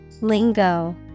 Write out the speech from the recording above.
lingo